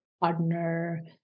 partner